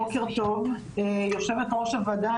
בוקר טוב יושבת-ראש הוועדה,